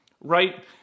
right